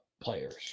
players